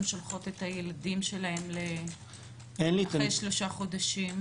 שולחות את הילדים שלהן אחרי 3 חודשים?